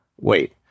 wait